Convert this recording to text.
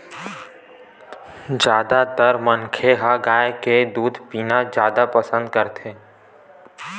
जादातर मनखे ह गाय के दूद पीना जादा पसंद करथे